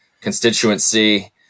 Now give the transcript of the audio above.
constituency